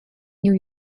new